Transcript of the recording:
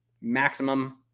maximum